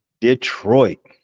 Detroit